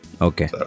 okay